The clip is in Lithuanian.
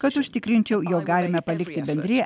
kad užtikrinčiau jog galime palikti bendriją